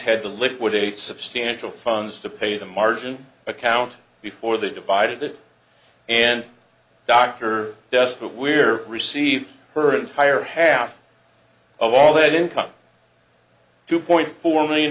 had to liquidate substantial funds to pay the margin account before they divided it and dr dust we're received her entire half of all that income two point four million